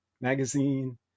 magazine